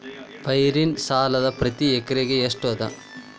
ಪೈರಿನ ಸಾಲಾ ಪ್ರತಿ ಎಕರೆಗೆ ಎಷ್ಟ ಅದ?